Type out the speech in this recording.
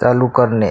चालू करणे